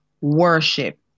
worship